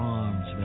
arms